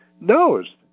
knows